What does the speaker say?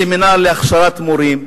סמינר להכשרת מורים,